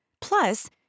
Plus